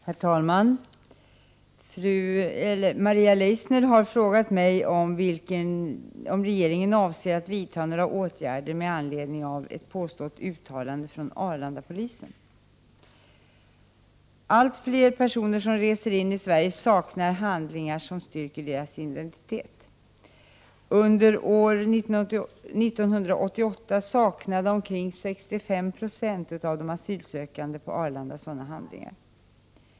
Herr talman! Maria Leissner har frågat mig om regeringen avser att vidta några åtgärder med anledning av ett påstått uttalande från Arlandapolisen. Allt fler personer som reser in i Sverige saknar handlingar som styrker deras identitet. Under år 1988 saknade omkring 65 96 av de asylsökande på Arlanda sådana handlingar.